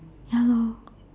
ya lor